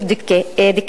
דיכא.